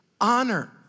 Honor